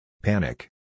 Panic